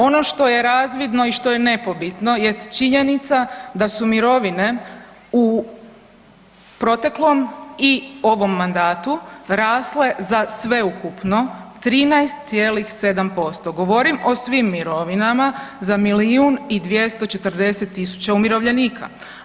Ono što je razvidno i što je nepobitno jest činjenica da su mirovine u proteklom i ovom mandatu rasle za sveukupno 13,7% govorim o svim mirovinama za milijun i 240 tisuća umirovljenika.